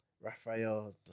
Rafael